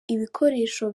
ibikoresho